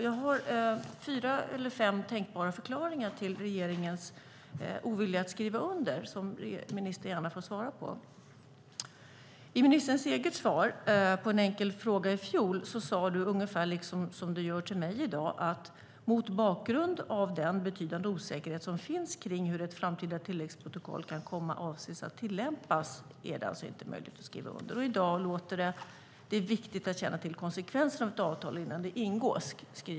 Jag har fyra eller fem tänkbara förklaringar till regeringens ovilja att skriva under, som ministern gärna får svara på. I ministerns svar på en fråga i fjol framgick, ungefär som ministern säger i dag, att mot bakgrund av den betydande osäkerhet som finns om hur ett framtida tilläggsprotokoll kan komma avses att tillämpas är det alltså inte möjligt att skriva under. I dag säger ministern att det är viktigt att känna till konsekvenserna av ett avtal innan det ingås.